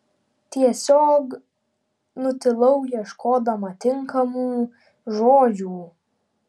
tiesiog nutilau ieškodama tinkamų žodžių